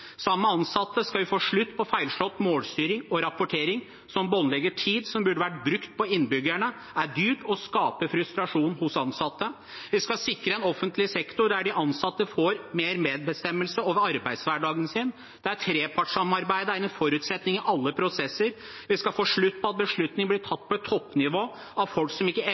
ansatte skal vi få slutt på feilslått målstyring og rapportering, som båndlegger tid som burde vært brukt på innbyggerne, som er dyrt, og som skaper frustrasjon hos ansatte. Vi skal sikre en offentlig sektor der de ansatte får mer medbestemmelse over arbeidshverdagen sin, og der trepartssamarbeidet er en forutsetning i alle prosesser. Vi skal få slutt på at beslutninger blir tatt på et toppnivå av folk som ikke